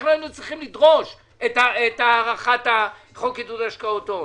אנחנו היינו צריכים לדרוש את הארכת חוק עידוד השקעות הון